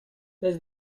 does